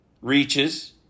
reaches